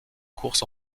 course